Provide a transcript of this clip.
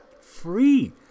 free